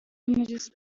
images